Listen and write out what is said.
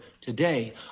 today